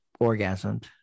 orgasmed